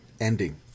Ending